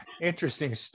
interesting